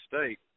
state